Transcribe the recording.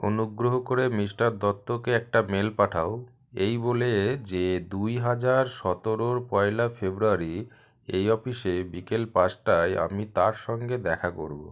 অনুগ্রহ করে মিস্টার দত্তকে একটা মেল পাঠাও এই বলে যে দুই হাজার সতেরোর পয়লা ফেব্রুয়ারি এই অফিসে বিকেল পাঁচটায় আমি তার সঙ্গে দেখা করব